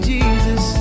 Jesus